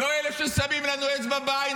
לא אלה ששמים לנו אצבע בעין,